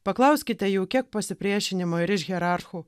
paklauskite jų kiek pasipriešinimo ir iš hierarchų